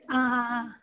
ಹಾಂ ಹಾಂ ಹಾಂ